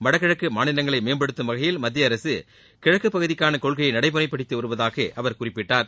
வடகிழக்கு மாநிலங்களை மேம்படுத்தும் வகையில் மத்திய அரசு கிழக்கு பகுதிக்கான கொள்கையை நடைமுறைப்படுத்தி வருவதாக அவர் குறிப்பிட்டார்